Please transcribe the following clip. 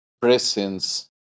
presence